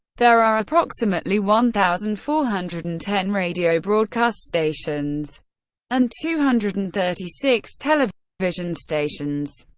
there are approximately one thousand four hundred and ten radio broadcast stations and two hundred and thirty six television stations.